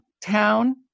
town